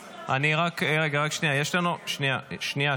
שנייה.